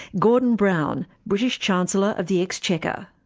gordon brown, british chancellor of the exchequer.